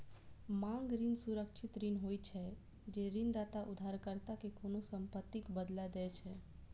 मांग ऋण सुरक्षित ऋण होइ छै, जे ऋणदाता उधारकर्ता कें कोनों संपत्तिक बदला दै छै